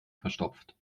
verstopft